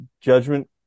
Judgment